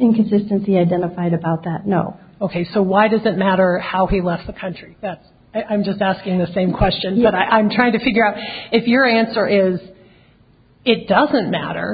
inconsistency identified about that no ok so why does it matter how he left the country i'm just asking the same question but i'm trying to figure out if your answer is it doesn't matter